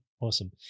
awesome